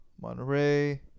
monterey